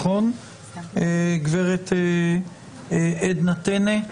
הגב' עדנה טנא,